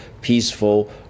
peaceful